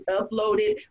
uploaded